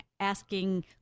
asking